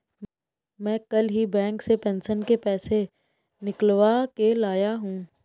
मैं कल ही बैंक से पेंशन के पैसे निकलवा के लाया हूँ